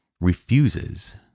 refuses